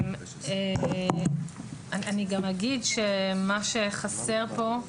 מה שחסר פה,